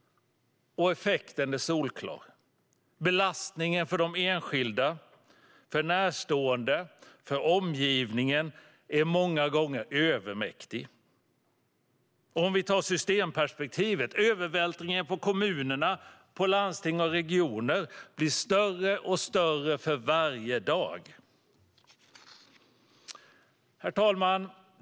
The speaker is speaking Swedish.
Effekten är solklar. Belastningen för de enskilda, närstående och omgivningen är många gånger övermäktig. Om vi tar systemperspektivet blir övervältringen på kommunerna, landsting och regioner allt större för varje dag. Herr talman!